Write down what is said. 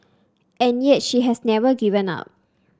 and yet she has never given up